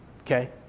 okay